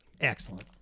Excellent